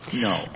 No